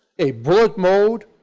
a bullet mold,